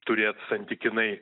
turėt santykinai